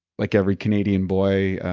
like every canadian boy,